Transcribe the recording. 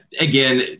Again